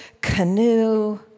canoe